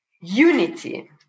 unity